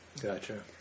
Gotcha